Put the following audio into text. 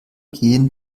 gehen